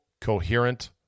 coherent